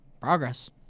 progress